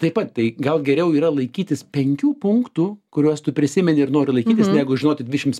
taip pat tai gal geriau yra laikytis penkių punktų kuriuos tu prisimeni ir nori laikytis negu žinoti dvišims